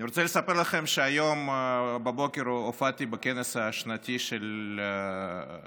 אני רוצה לספר לכם שהיום בבוקר הופעתי בכנס השנתי של ה-PWC,